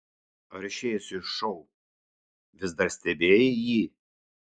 ar išėjusi iš šou vis dar stebėjai jį